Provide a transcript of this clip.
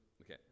Okay